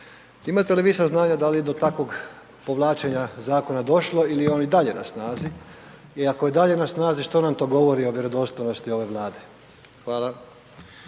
Imate li vi saznanja da li je do takvog povlačenja zakona došlo ili je on i dalje na snazi? I ako je dalje na snazi što nam to govori o vjerodostojnosti ove Vlade? Hvala.